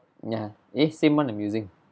ya eh same one I'm using